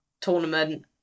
tournament